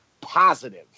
positive